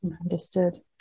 Understood